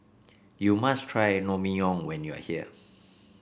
you must try Ramyeon when you are here